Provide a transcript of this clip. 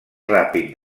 ràpid